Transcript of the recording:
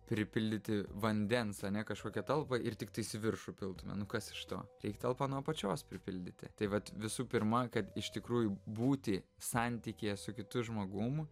pripildyti vandens ane kažkokią talpą ir tiktais į viršų piltume nu kas iš to reik talpą nuo apačios pripildyti tai vat visų pirma kad iš tikrųjų būti santykyje su kitu žmogum